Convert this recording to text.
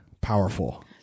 powerful